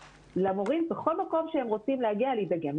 למורים בכל מקום שהם רוצים להגיע ולהידגם.